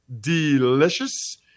Delicious